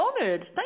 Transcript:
honored